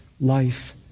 life